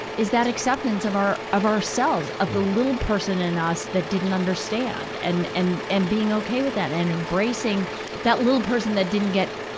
is that acceptance of our, of ourselves, of the little person in us that didn't understand. and, and, and being okay with that, and embracing that little person that didn't get,